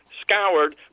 scoured